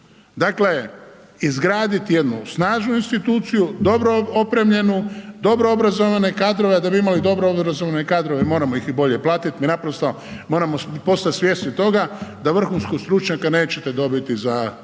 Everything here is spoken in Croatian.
Dakle, izgradit jednu snažnu instituciju, dobro opremljenu, dobro obrazovane kadrove, a da bi imali dobro obrazovane kadrove moramo ih i bolje platit, naprosto moramo postat svjesni toga da vrhunskog stručnjaka nećete dobiti za